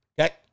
Okay